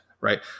right